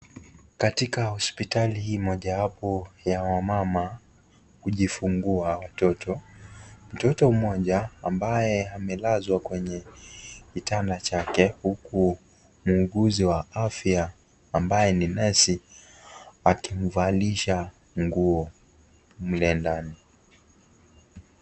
Katika hpospitali mojawapo ya wamama kujifungua watoto. Mtoto mmoja ambaye amelazwa kwenye kitanda chake huku muuguzi wa afya ambaye ni nesi akimvalisha nguo mle ndani.